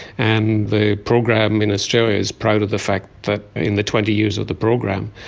and the program in australia is proud of the fact that in the twenty years of the program,